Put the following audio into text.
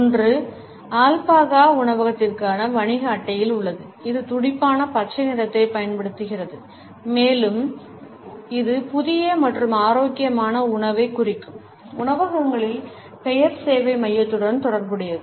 ஒன்று அல்பாகா உணவகத்திற்கான வணிக அட்டையில் உள்ளது இது துடிப்பான பச்சை நிறத்தைப் பயன்படுத்துகிறது மேலும் இது புதிய மற்றும் ஆரோக்கியமான உணவைக் குறிக்கும் உணவகங்களின் பெயர்சேவை மையத்துடன் தொடர்புடையது